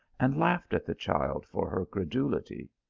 and laughed at the child for her credulity.